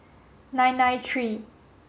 nine nine three